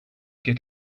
get